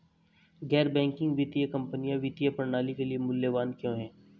गैर बैंकिंग वित्तीय कंपनियाँ वित्तीय प्रणाली के लिए मूल्यवान क्यों हैं?